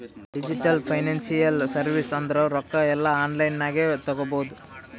digital financial service ಅಂದುರ್ ರೊಕ್ಕಾ ಎಲ್ಲಾ ಆನ್ಲೈನ್ ನಾಗೆ ತಗೋಬೋದು